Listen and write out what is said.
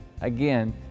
Again